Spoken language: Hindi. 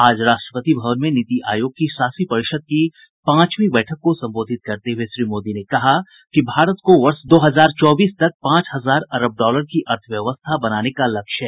आज राष्ट्रपति भवन में नीति आयोग की शासी परिषद् की पांचवी बैठक को संबोधित करते हये श्री मोदी ने कहा कि भारत को वर्ष दो हजार चौबीस तक पांच हजार अरब डॉलर की अर्थव्यवस्था बनाने का लक्ष्य है